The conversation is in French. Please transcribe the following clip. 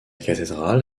cathédrale